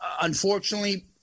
unfortunately